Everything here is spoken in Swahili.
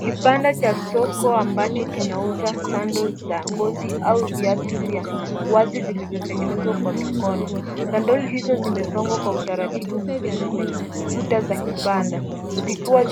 Kibanda cha soko ambacho kinauza sandals za ngozi au viatu vya wazi vilivyotengenezwa kwa mikono. Sandoli hizo zimepangwa kwa utaratibu mzuri kwenye kuta za kibanda. Zikiwa